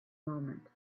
moment